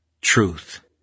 truth